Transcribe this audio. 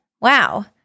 Wow